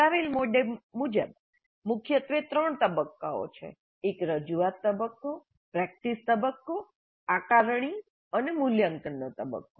બતાવેલ મોડેલ મુજબ મુખ્યત્વે ત્રણ તબક્કાઓ છે એક રજૂઆત તબક્કો પ્રેક્ટિસ તબક્કો આકારણી અને મૂલ્યાંકનનો તબક્કો